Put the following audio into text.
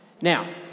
Now